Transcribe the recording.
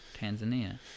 tanzania